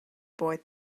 boy